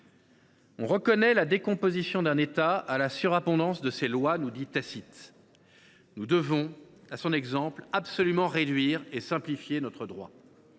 On reconnaît la décomposition d’un État à la surabondance de ses lois », nous dit Tacite. Nous devons donc absolument réduire et simplifier notre droit.